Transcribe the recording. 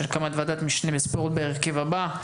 על הקמת ועדת משנה לספורט בהרכב הבא: